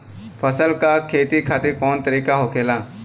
फसल का खेती खातिर कवन तरीका होखेला?